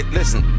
listen